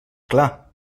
clar